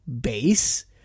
base